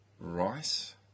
Rice